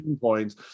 points